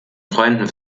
freunden